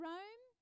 Rome